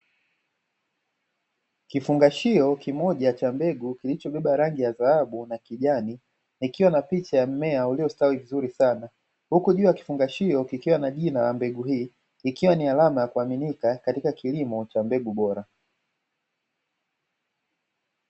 Kifungashio kimoja cha mbegu kilichobeba rangi ya dhahabu na kijani ikiwa na picha ya mmea uliostawi vizuri sana, huku juu ya kifungashio kikiwa na jina la mbegu hii, ikiwa ni alama ya kuaminika katika kilimo cha mbegu bora.